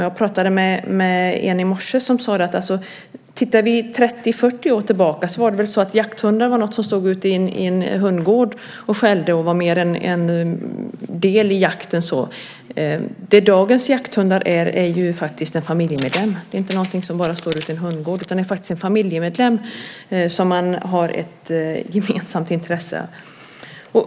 Jag pratade med en person i morse som sade att 30-40 år tillbaka var det så att jakthundar var något som stod ute i en hundgård och skällde och mer var en del i jakten. Dagens jakthundar är faktiskt familjemedlemmar. Det är inte någonting som bara står ute i en hundgård: det är faktiskt en familjemedlem som man har ett gemensamt intresse i.